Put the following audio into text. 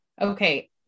okay